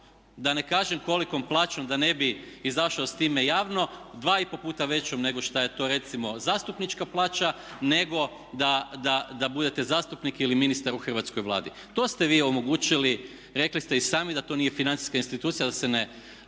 da ne kažem kolikom plaćom, da ne bih izašao s time javno, dva i pol puta većom nego što je to recimo zastupnička plaća nego da budete zastupnik ili ministar u hrvatskoj Vladi. To ste vi omogućili, rekli ste i sami da to nije financijska institucija da se ne